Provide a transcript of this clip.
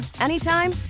anytime